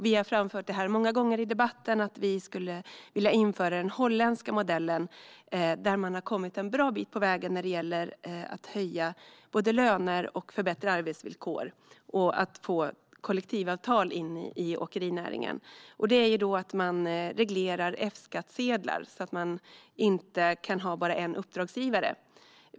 Vi har många gånger framfört i debatten att vi skulle vilja införa den holländska modellen, där man har kommit en bra bit på vägen när det gäller att höja löner, förbättra arbetsvillkor och få in kollektivavtal i åkerinäringen. Det handlar om att reglera F-skattsedlar så att man inte kan ha bara en uppdragsgivare.